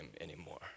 anymore